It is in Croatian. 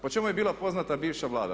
Po čemu je bila poznata bivša Vlada?